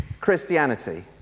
Christianity